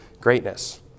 greatness